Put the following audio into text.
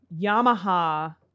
Yamaha